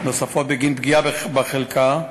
נוספות בגין פגיעה בחלקה,